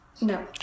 no